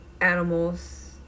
animals